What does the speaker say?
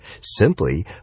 simply